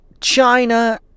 China